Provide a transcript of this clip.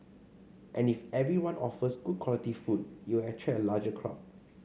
and if everyone offers good quality food it'll attract a larger crowd